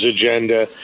agenda